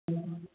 हुँ